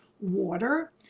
water